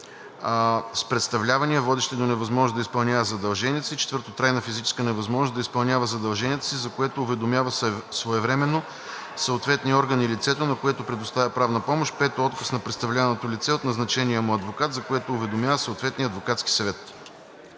с представлявания, водещи до невъзможност да изпълнява задълженията си; 4. трайна фактическа невъзможност да изпълнява задълженията си, за което уведомява своевременно съответния орган и лицето, на което предоставя правна помощ; 5. отказ на представляваното лице от назначения му адвокат, за което уведомява съответния адвокатски съвет.“